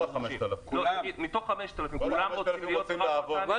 5,000 רוצים לעבוד.